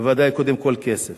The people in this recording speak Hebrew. בוודאי, קודם כול כסף